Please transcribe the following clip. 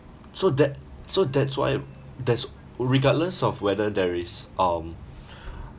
so that so that's why there's regardless of whether there is um